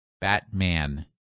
Batman